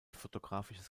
fotografisches